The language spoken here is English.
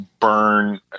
burn